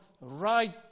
right